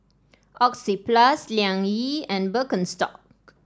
Oxyplus Liang Yi and Birkenstock